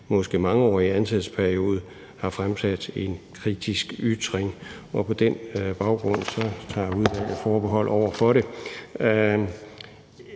måske mangeårige ansættelsesperiode har fremsat en kritisk ytring. Og på den baggrund tager udvalget forbehold over for det.